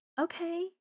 Okay